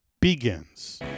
begins